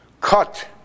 cut